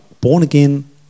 born-again